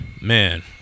man